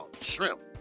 shrimp